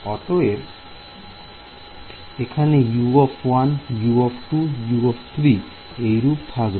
অতএব এখানে U1 U2 U3 এইরূপ থাকবে